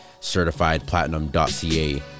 certifiedplatinum.ca